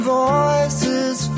voices